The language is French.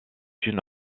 une